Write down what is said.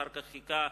אחר כך הוא חיכה,